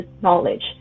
knowledge